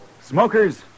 Smokers